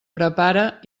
prepara